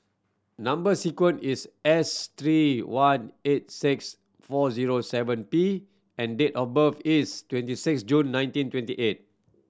number sequence is S three one eight six four zero seven P and date of birth is twenty six June nineteen twenty eight